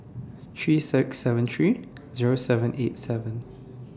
three six seven three Zero seven eight seven